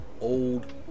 old